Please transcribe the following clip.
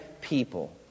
people